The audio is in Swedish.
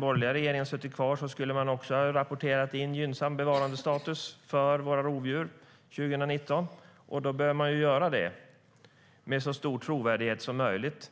borgerliga regeringen hade suttit kvar skulle den också ha rapporterat in gynnsam bevarandestatus för våra rovdjur 2019. När man ska göra det bör man göra det med så stor trovärdighet som möjligt.